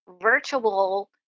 virtual